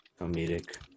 Comedic